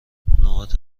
نقاط